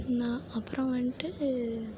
நான் அப்பறம் வந்துட்டு